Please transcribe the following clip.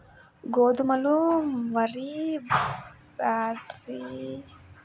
గోధుమలు, వరి, బార్లీ, వెదురు మరియు గడ్డితో సహా ఇతర పంటల వంటి మొక్కల కాండాల నుంచి ఫైబర్ ను ఉత్పత్తి చేస్తారు